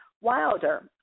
Wilder